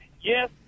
Yes